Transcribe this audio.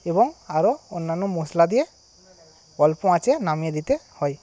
এবং আর অন্যান্য মশলা দিয়ে অল্প আঁচে নামিয়ে দিতে হয়